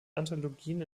anthologien